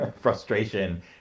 frustration